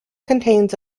contains